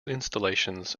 installations